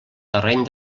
terreny